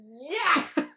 Yes